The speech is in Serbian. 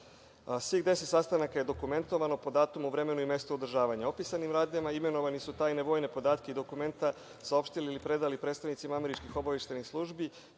Svih 10 sastanaka je dokumentovano po datumu, vremenu i mestu održavanja. Opisanim radnjama imenovani su tajne vojne podatke i dokumenta saopštili ili predali predstavnicima Američke obaveštajne službe,